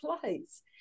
place